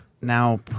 Now